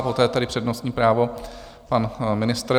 Poté je tady přednostní právo pan ministr.